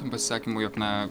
pasisakymų jog na